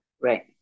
Right